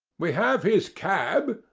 we have his cab,